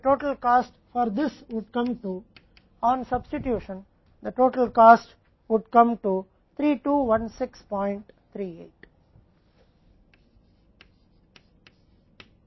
इसलिए यहां या इसके लिए कुल लागत और इसके लिए कुल लागत प्राप्त करना आसान है